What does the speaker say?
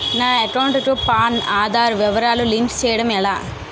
నా అకౌంట్ కు పాన్, ఆధార్ వివరాలు లింక్ చేయటం ఎలా?